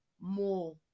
more